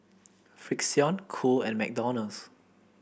Frixion Cool and McDonald's